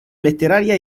letteraria